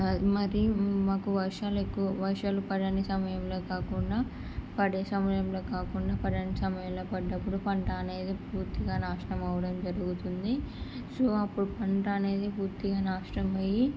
మరి మాకు వర్షాలు ఎక్కువ వర్షాలు పడని సమయంలో కాకుండా పడే సమయంలో కాకుండా పడని సమయంలో పడ్డప్పుడు పంట అనేది పూర్తిగా నాశనం అవ్వడం జరుగుతుంది సో అప్పుడు పంట అనేది పూర్తిగా నాశనం అయ్యి